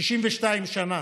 62 שנה